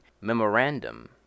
memorandum